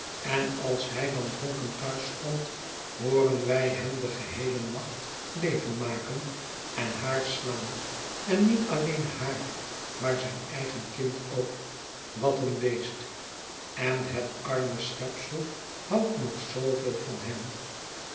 en als hij dan dronken thuis komt hooren wij hem den geheelen nacht leven maken en haar slaan en niet alleen haar maar zijn eigen kind ook wat een beest en het arme schepsel houdt nog zooveel van hem